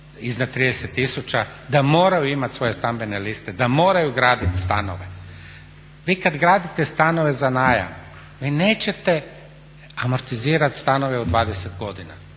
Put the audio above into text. iznad 30 000 da moraju imat stambene liste, da moraju gradit stanove. Vi kad gradite stanove za najam vi nećete amortizirati stanove u 20 godina,